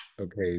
okay